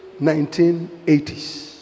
1980s